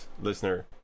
listener